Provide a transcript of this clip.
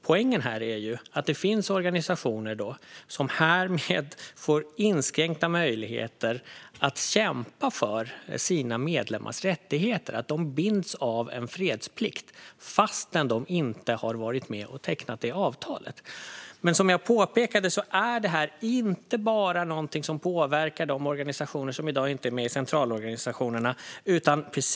Poängen är att det finns organisationer som härmed får inskränkta möjligheter att kämpa för sina medlemmars rättigheter. De binds av en fredsplikt fastän de inte har varit med och tecknat detta avtal. Som jag påpekade påverkar detta inte bara de organisationer som i dag inte är med i centralorganisationerna.